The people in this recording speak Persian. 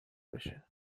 بشه